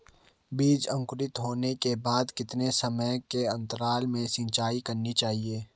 बीज अंकुरित होने के बाद कितने समय के अंतराल में सिंचाई करनी चाहिए?